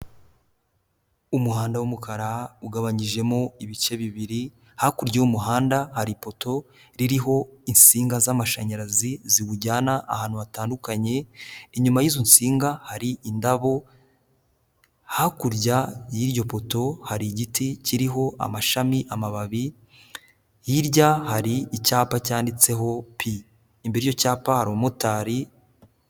Umuhanda w'umukara ugabanyijemo ibice bibiri, hakurya y'umuhanda hari ipoto ririho insinga z'amashanyarazi ziwujyana ahantu hatandukanye, inyuma y'izo nsinga hari indabo, hakurya y'iryo poto hari igiti kiriho amashami, amababi, hirya hari icyapa cyanditseho pi, imbere y'icyo cyapa hari umumotari...